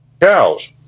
cows